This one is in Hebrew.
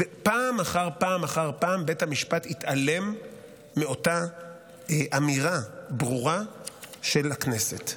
ופעם אחר פעם אחר פעם בית המשפט התעלם מאותה אמירה ברורה של הכנסת.